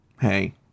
hey